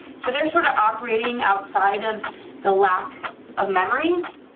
so they're sort of operating outside of the lack of memories,